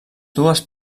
dues